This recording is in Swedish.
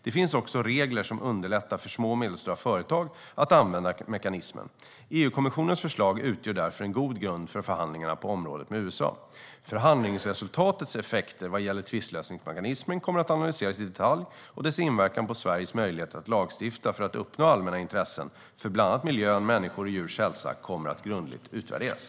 Det finns också regler som underlättar för små och medelstora företag att använda mekanismen. EU-kommissionens förslag utgör därför en god grund för förhandlingarna på området med USA. Förhandlingsresultatets effekter vad gäller tvistlösningsmekanismen kommer att analyseras i detalj, och dess inverkan på Sveriges möjlighet att lagstifta för att uppnå allmänna intressen för bland annat miljön, människors och djurs hälsa kommer att grundligt utvärderas.